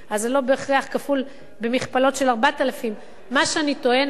אז לא בהכרח במכפלות של 4,000. מה שאני טוענת